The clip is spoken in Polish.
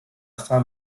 twa